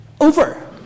over